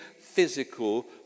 physical